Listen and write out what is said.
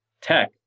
tech